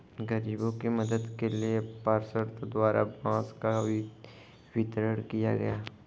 गरीबों के मदद के लिए पार्षद द्वारा बांस का वितरण किया गया